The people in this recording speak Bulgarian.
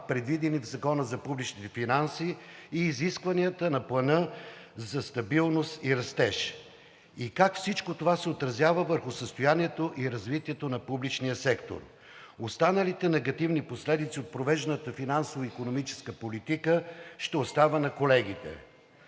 предвидени в Закона за публичните финанси, изискванията на Плана за стабилност и растеж и как всичко това се отразява върху състоянието и развитието на публичния сектор. Останалите негативни последици от провежданата финансово-икономическа политика ще оставя на колегите.